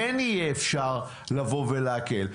כן יהיה אפשר לבוא ולהקל,